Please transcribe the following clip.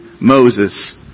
Moses